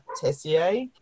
Tessier